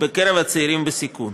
בקרב הצעירים בסיכון.